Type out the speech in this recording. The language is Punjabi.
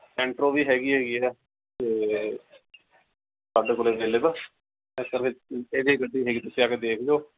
ਸੈਂਟਰੋ ਵੀ ਹੈਗੀ ਹੈਗੀ ਹੈ ਅਤੇ ਸਾਡੇ ਕੋਲ ਅਵੇਲੇਬਲ ਇਸ ਕਰਕੇ ਗੱਡੀ ਹੈਗੀ ਤੁਸੀਂ ਆ ਕੇ ਦੇਖ ਜੋ